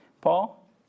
Paul